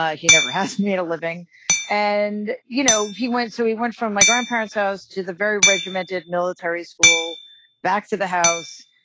ah he never has made a living and, you know, he went so he went from my grandparents house to the very regimented military school back to the house,